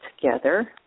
together